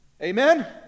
Amen